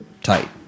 tight